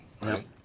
right